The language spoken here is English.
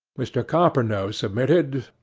mr. coppernose submitted,